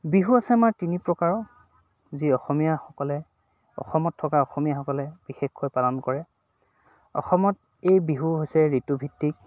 বিহু আছে আমাৰ তিনি প্ৰকাৰ যি অসমীয়াসকলে অসমত থকা অসমীয়াসকলে বিশেষকৈ পালন কৰে অসমত এই বিহু হৈছে ঋতুভিত্তিক